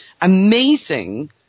amazing